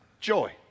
Joy